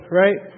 right